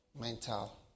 mental